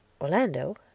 Orlando